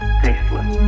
tasteless